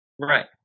Right